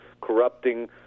corrupting